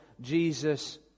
Jesus